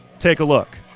take a look.